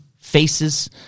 faces